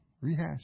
rehash